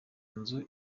nzu